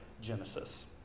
genesis